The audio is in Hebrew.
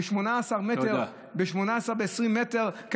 ב-18 20 מטר.